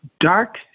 dark